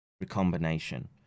recombination